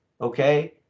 okay